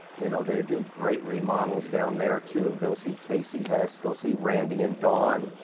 you know they do great remodels down there too. go see kasey hess. go see randy and dawn.